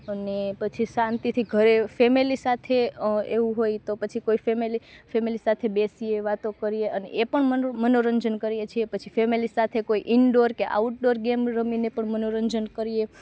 અને પછી શાંતિથી ફેમેલી સાથે એવું હોય તો પછી કોઈ ફેમેલી ફેમેલી સાથે બેસીએ વાતો કરીએ અને એ પણ મનોરંજન કરીએ છીએ પછી ફેમેલી સાથે કોઈ ઇનડોર કે આઉટડોર ગેમ રમીને પણ મનોરંજન કરીએ